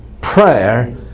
Prayer